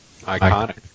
iconic